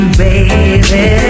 baby